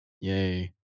Yay